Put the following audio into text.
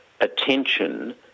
attention